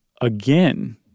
again